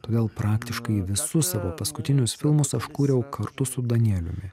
todėl praktiškai visus savo paskutinius filmus aš kūriau kartu su danieliumi